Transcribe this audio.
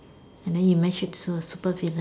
then he match with her super villain